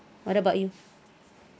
what about you